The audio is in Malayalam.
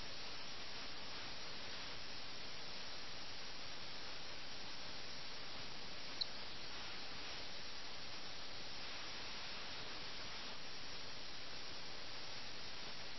നീ അവനെ നല്ലത് പോലെ ശാസിച്ചു നല്ല ശാസന നൽകി ശാസന എന്നാൽ ശകാരിക്കുക അപ്പോൾ കാമുകൻ പറയുന്നു അത്തരം വിഡ്ഢികളെ നൃത്തം ചെയ്യിക്കാൻ എനിക്കറിയാമെന്ന്